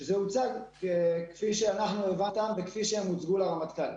זה הוצג כפי שהם הוצגו לרמטכ"ל.